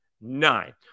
nine